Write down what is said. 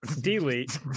Delete